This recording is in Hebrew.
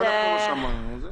היא לא שומעת.